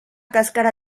cáscara